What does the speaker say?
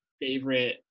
favorite